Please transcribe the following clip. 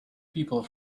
people